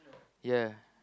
ya